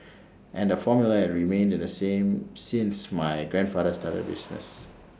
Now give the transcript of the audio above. and the formula have remained the same since my grandfather started the business